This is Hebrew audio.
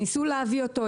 ניסו להביא אותו,